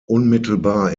unmittelbar